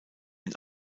den